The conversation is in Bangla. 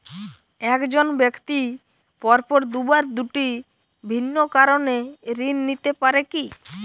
এক জন ব্যক্তি পরপর দুবার দুটি ভিন্ন কারণে ঋণ নিতে পারে কী?